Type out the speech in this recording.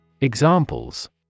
Examples